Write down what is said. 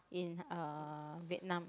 in uh Vietnam